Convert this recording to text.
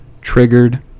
triggered